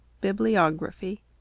Bibliography